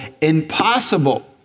impossible